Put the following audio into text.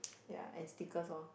ya and stickers orh